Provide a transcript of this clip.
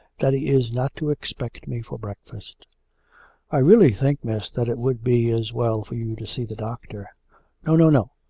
that he is not to expect me for breakfast i really think, miss, that it would be as well for you to see the doctor no, no, no.